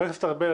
חבר הכנסת ארבל,